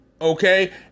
okay